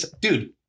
Dude